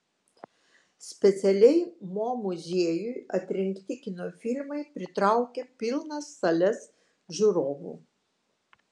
specialiai mo muziejui atrinkti kino filmai pritraukia pilnas sales žiūrovų